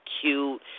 cute